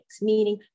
meaning